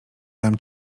dam